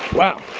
wow,